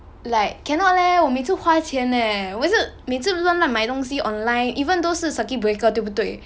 like cannot leh 我每次花钱 leh 我每次每次乱乱卖东西 online even though 是 circuit breaker 对不对